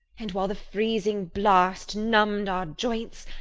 and while the freezing blast numbed our joints,